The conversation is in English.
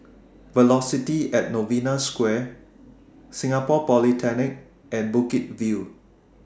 Velocity At Novena Square Singapore Polytechnic and Bukit View